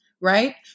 right